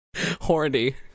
horny